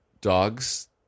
dog's